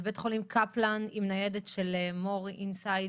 לבית חולים קפלן עם ניידת של מור אינסייד